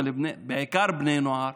ובעיקר בני הנוער,